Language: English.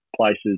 places